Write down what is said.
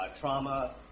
trauma